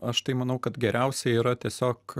aš tai manau kad geriausia yra tiesiog